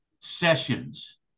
sessions